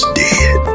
dead